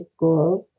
Schools